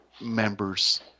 members